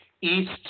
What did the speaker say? east